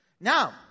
Now